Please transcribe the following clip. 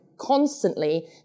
constantly